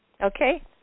Okay